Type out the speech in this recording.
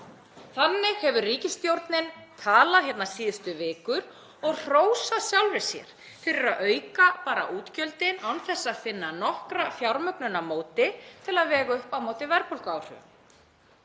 Þannig hefur ríkisstjórnin talað hérna síðustu vikur og hrósað sjálfri sér fyrir að auka bara útgjöldin án þess að finna nokkra fjármögnun á móti til að vega upp á móti verðbólguáhrifum.